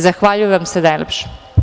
Zahvaljujem vam se najlepše.